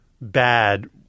bad